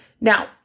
Now